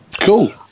Cool